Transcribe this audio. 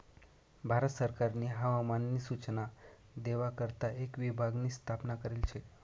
भारत सरकारनी हवामान नी सूचना देवा करता एक विभाग नी स्थापना करेल शे